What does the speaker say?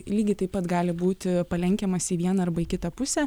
lygiai taip pat gali būti palenkiamas į vieną arba į kitą pusę